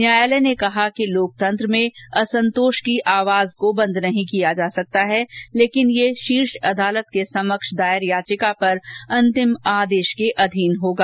न्यायालय ने कहा कि लोकतंत्र में असंतोष की आवाज को बंद नहीं किया जा सकता है लेकिन यह शीर्ष अदालत के समक्ष दायर याचिका पर अंतिम आदेश के अधीन होगा